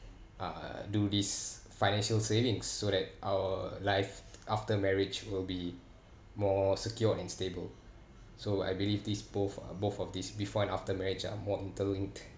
uh do this financial savings so that our life after marriage will be more secure and stable so I believe this both uh both of these before and after marriage uh more interlinked